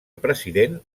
president